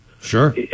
Sure